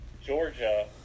Georgia